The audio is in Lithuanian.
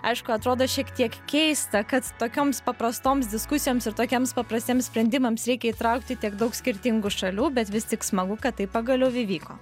aišku atrodo šiek tiek keista kad tokioms paprastoms diskusijoms ir tokiems paprastiems sprendimams reikia įtraukti tiek daug skirtingų šalių bet vis tik smagu kad tai pagaliau įvyko